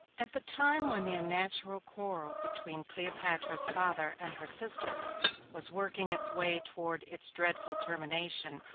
at the time when the unnatural quarrel between cleopatra's father and her sister was working its way toward its dreadful termination,